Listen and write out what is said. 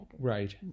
Right